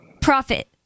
profit